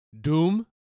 Doom